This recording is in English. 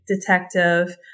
detective